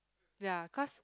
ya cause